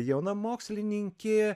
jauna mokslininkė